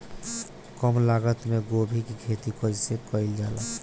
कम लागत मे गोभी की खेती कइसे कइल जाला?